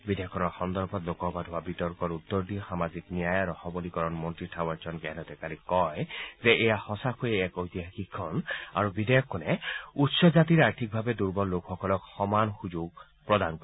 বিধেয়কখনৰ সন্দৰ্ভত লোকসভাত হোৱা বিতৰ্কৰ উত্তৰ দি সামাজিক ন্যায় আৰু সৱলীকৰণ মন্ত্ৰী থাৱৰচন্দ গেহলটে কালি কয় যে এয়া সঁচাকৈয়ে এক ঐতিহাসিক ক্ষণ আৰু বিধেয়কখনে উচ্চ জাতিৰ অৰ্থনৈতিকভাৱে দুৰ্বল লোকসকলক সমান সুযোগ প্ৰদান কৰিব